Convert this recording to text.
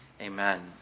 amen